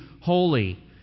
holy